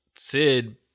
Sid